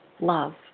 love